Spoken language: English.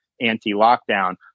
anti-lockdown